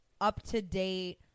up-to-date